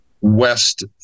west